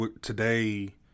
today